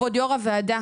כבוד יו"ר הוועדה,